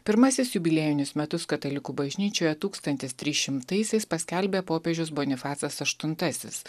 pirmasis jubiliejinius metus katalikų bažnyčioje tūkstantis trys šimtaisiais paskelbė popiežius bonifacas aštuntasis